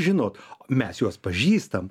žinot mes juos pažįstam